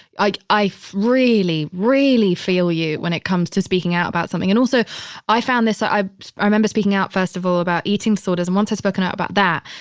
i i really, really feel you when it comes to speaking out about something. and also i found this, i remember speaking out first of all about eating disorders. and once i spoken out about that,